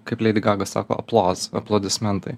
kaip lady gaga sako aplos aplodismentai